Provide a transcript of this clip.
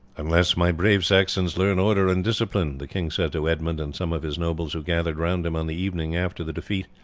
unless my brave saxons learn order and discipline, the king said to edmund and some of his nobles who gathered round him on the evening after the defeat,